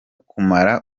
kumara